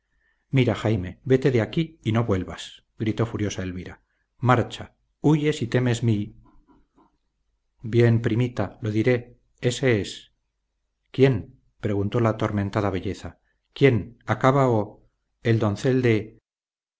mira jaime vete de aquí y no vuelvas gritó furiosa elvira marcha huye si temes mi bien primita lo diré ése es quién preguntó la atormentada belleza quién acaba o el doncel de